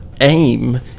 aim